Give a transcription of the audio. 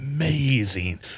Amazing